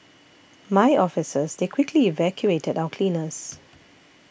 my officers they quickly evacuated our cleaners